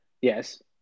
Yes